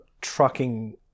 trucking